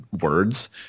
words